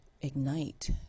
Ignite